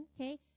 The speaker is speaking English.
okay